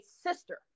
sister